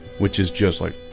which is just like?